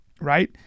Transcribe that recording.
right